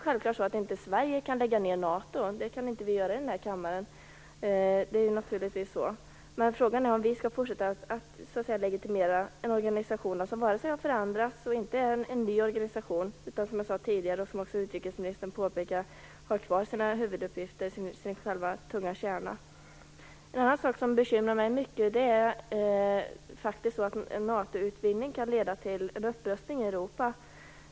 Självklart kan vi inte här i kammaren lägga ned NATO, men frågan är om vi skall legitimera en organisation som varken har förändrats eller är ny utan som, vilket jag tidigare sagt och utrikesministern påpekar, har kvar sina huvuduppgifter och sin tunga kärna. En annan sak som bekymrar mig mycket är faktiskt att en NATO-utvidgning kan leda till en upprustning i Europa.